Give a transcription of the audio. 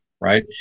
right